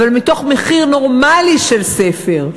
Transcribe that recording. אבל מתוך מחיר נורמאלי של ספר.